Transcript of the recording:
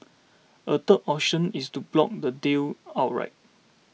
a third option is to block the deal outright